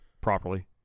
Properly